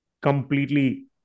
completely